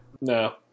No